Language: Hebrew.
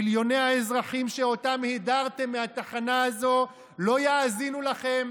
מיליוני האזרחים שאותם הדרתם מהתחנה הזאת לא יאזינו לכם,